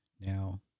Now